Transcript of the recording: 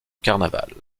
carnaval